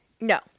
No